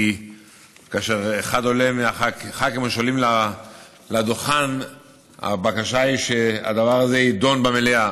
כי כאשר אחד מחברי הכנסת עולה לדוכן הבקשה היא שהדבר הזה יידון במליאה.